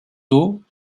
dos